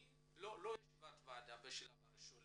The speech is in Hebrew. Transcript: ואת ואני נשב ביחד לא כדיון בוועדה בשלב ראשוני,